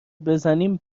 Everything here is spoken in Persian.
بزنیم